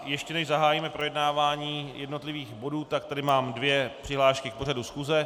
Ještě než zahájíme projednávání jednotlivých bodů, tak tady mám dvě přihlášky k pořadu schůze.